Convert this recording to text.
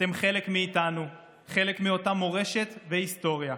אתם חלק מאיתנו, חלק מאותה מורשת והיסטוריה.